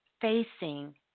facing